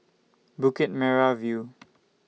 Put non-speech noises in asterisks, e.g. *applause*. Bukit Merah View *noise*